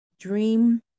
dream